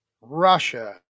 Russia